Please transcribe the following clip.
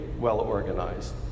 well-organized